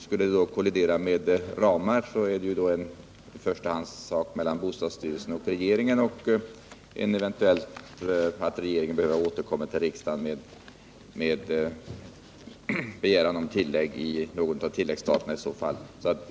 Skulle man kollidera med ramarna är det en sak i första hand mellan bostadsstyrelsen och regeringen, och om så eventuellt behövs får regeringen återkomma till riksdagen med begäran om anslag på någon av tilläggsstaterna.